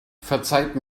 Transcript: verzeiht